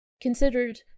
considered